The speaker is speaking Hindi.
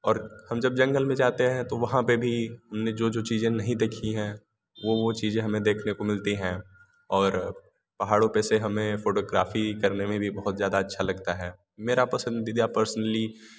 और हम जब जंगल में जाते है तो वहाँ पे भी हमने जो जो चीज़ें नहीं देखी है वो वो चीज़ें हमें देखने को मिलती हैं और पहाड़ों पे से हमें फोटोग्राफी करने में भी बहुत ज़्यादा अच्छा लगता है मेरा पसंदीदा पर्सोनली